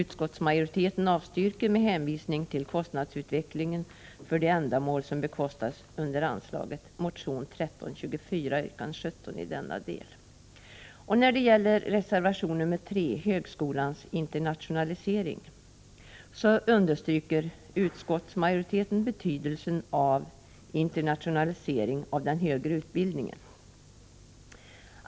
Utskottsmajoriteten avstyrker, med hänvisning till kostnadsutvecklingen för de ändamål som bekostas under anslaget, motion 1324, yrkande 17, i denna del. I fråga om reservation 3, om högskolans internationalisering, understryker utskottsmajoriteten betydelsen av internationalisering av den högre utbildningen.